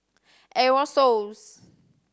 Aerosoles